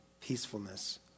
peacefulness